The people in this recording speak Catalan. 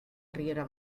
riera